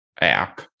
app